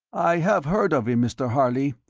i have heard of him, mr. harley.